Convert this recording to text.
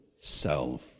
self